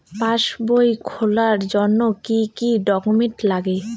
পাসবই খোলার জন্য কি কি ডকুমেন্টস লাগে?